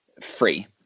free